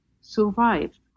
survive